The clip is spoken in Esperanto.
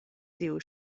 tiu